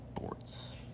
boards